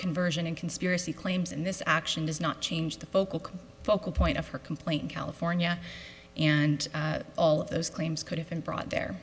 conversion and conspiracy claims in this action does not change the focal focal point of her complaint in california and all of those claims could have been brought the